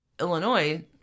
Illinois